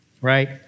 right